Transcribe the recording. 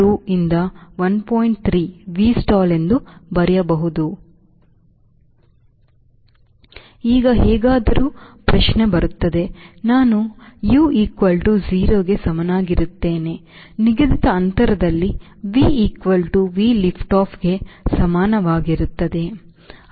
3 Vstall ಎಂದು ಬರೆಯಬಹುದು ಈಗ ಹೇಗಾದರೂ ಪ್ರಶ್ನೆ ಬರುತ್ತದೆ ನಾನು U0 ಗೆ ಸಮನಾಗಿರುತ್ತೇನೆ ನಿಗದಿತ ಅಂತರದಲ್ಲಿ VV liftoff ಗೆ ಸಮಾನವಾಗಿರುತ್ತದೆ